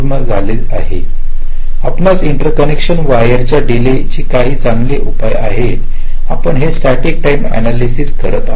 तर असे गृहित धरले जाते की आधीच प्लेसमेंट पूर्ण झाले आहे आपणास इंटरकनेक्शन वायर च्या डीले चे काही चांगले उपाय आहेत की आपण हे स्टॅटिक टाईम अनालयसिस करत आहात